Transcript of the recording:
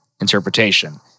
interpretation